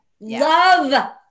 love